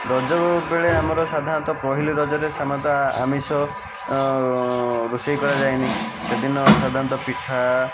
ରଜ ବେଳେ ଆମର ସାଧାରଣତଃ ପହିଲି ରଜରେ ସେମାତ ଆମିଷ ରୋଷେଇ କରାଯାଏନି ସେଦିନ ସାଧାରଣତଃ ପିଠା